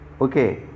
Okay